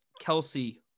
Kelsey